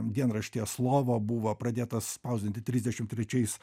dienraštyje slovo buvo pradėtas spausdinti trisdešimt trečiais